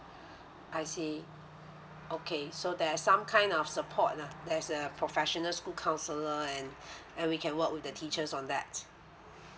I see okay so there's some kind of support lah there's a professional school counselor and and we can work with the teachers on that